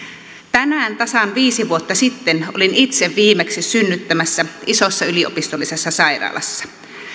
tänään tasan viisi vuotta sitten olin itse viimeksi synnyttämässä isossa yliopistollisessa sairaalassa